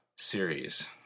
series